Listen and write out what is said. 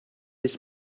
ich